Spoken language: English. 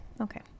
okay